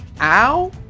Ow